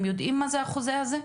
הם יודעים מה זה החוזה הזה?